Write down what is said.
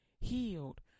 healed